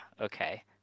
Okay